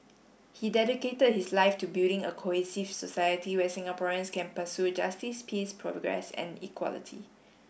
he dedicated his life to building a cohesive society where Singaporeans can pursue justice peace progress and equality